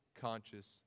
conscious